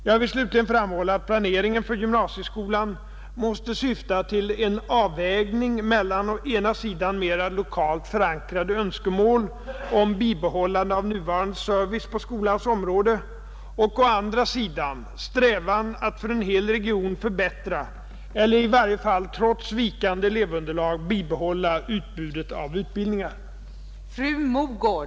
Jag vill slutligen framhålla att planeringen för gymnasieskolan måste syfta till en avvägning mellan å ena sidan mera lokalt förankrade önskemål om bibehållande av nuvarande service på skolans område och å andra sidan strävan att för en hel region förbättra eller i varje fall trots vikande elevunderlag bibehålla utbudet av utbildningar.